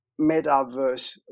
metaverse